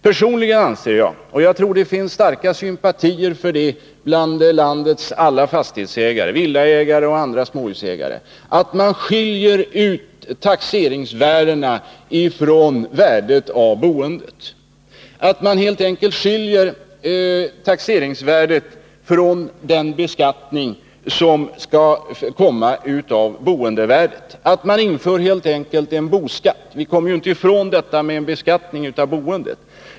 Personligen anser jag — och jag tror det finns starka sympatier för det bland landets alla villaägare och andra småhusägare — att man bör skilja taxeringsvärdet från den beskattning som skall komma av boendevärdet, att man helt enkelt bör införa en boskatt. Vi kommer ju inte ifrån en beskattning av boendet.